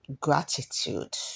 gratitude